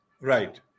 Right